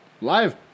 Live